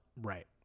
Right